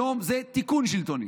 היום זה תיקון שלטוני.